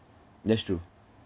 that's true